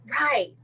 Right